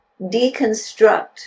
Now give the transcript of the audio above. deconstruct